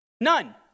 None